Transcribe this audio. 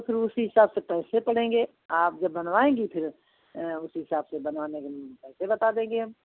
फिर उसी हिसाब से पैसे पड़ेंगे आप जब बनवाएंगी फिर हम उस हिसाब से बनवाने के पैसे बता देंगे हम